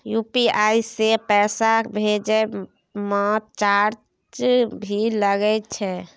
UPI से पैसा भेजै म चार्ज भी लागे छै?